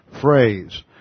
phrase